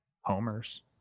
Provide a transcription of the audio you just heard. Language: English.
homers